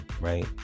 right